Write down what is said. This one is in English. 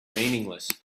meaningless